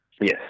yes